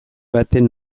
baten